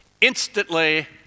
Instantly